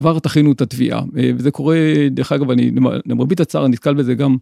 כבר תכינו את התביעה וזה קורה דרך אגב אני למרבית הצער נתקל בזה גם.